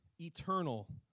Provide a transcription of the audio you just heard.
eternal